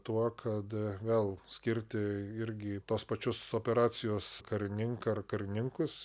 tuo kad gal skirti irgi tos pačios operacijos karininką ar karininkus